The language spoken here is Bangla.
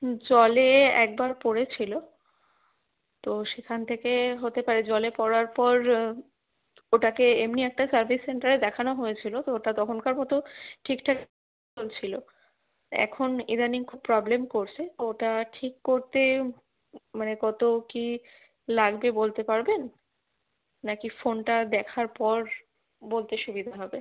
হুম জলে একবার পড়েছিল তো সেখান থেকে হতে পারে জলে পড়ার পর ওটাকে এমনি একটা সার্ভিস সেন্টারে দেখানো হয়েছিল তো ওটা তখনকার মতো ঠিকঠাক চলছিল এখন ইদানিং খুব প্রবলেম করছে তো ওটা ঠিক করতে মানে কত কী লাগবে বলতে পারবেন না কি ফোনটা দেখার পর বলতে সুবিধে হবে